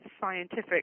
scientific